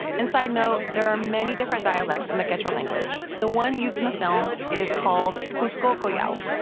and side note there are many different dialects in the quechua language. the one used in the film is called cusco collao.